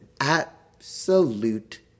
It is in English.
absolute